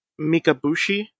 Mikabushi